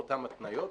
באותן התניות,